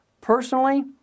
Personally